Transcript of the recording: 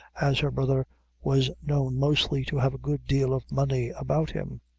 as her brother was known mostly to have a good deal of money about him.